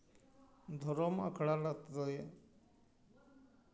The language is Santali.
ᱫᱷᱚᱨᱚᱢ ᱟᱠᱷᱲᱟ